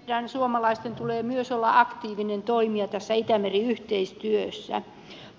meidän suomalaisten tulee myös olla aktiivinen toimija tässä itämeri yhteistyössä